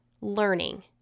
learning